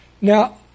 Now